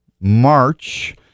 March